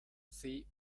see